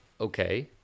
Okay